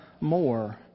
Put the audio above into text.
more